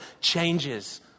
changes